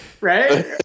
Right